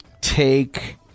take